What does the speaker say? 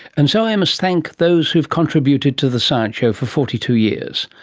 and so i must thank those who have contributed to the science show for forty two years.